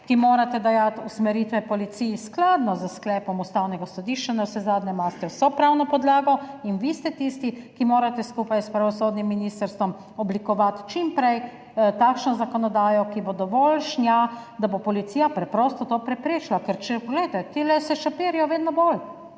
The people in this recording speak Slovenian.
ki morate dajati usmeritve policiji skladno s sklepom Ustavnega sodišča. Navsezadnje imate vso pravno podlago. In vi ste tisti, ki morate skupaj s pravosodnim ministrstvom oblikovati čim prej takšno zakonodajo, ki bo dovoljšna, da bo policija preprosto to preprečila. Ker poglejte, ti se šopirijo vedno bolj.